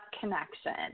connection